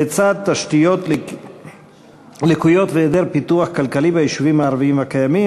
לצד תשתיות לקויות והיעדר פיתוח כלכלי ביישובים הערביים הקיימים,